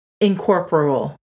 incorporeal